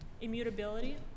immutability